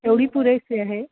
एवढी पुरेशी आहे